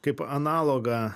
kaip analogą